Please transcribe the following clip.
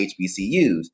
HBCUs